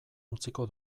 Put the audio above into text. utziko